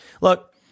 Look